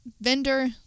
vendor